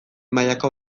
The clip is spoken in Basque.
mailako